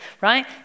right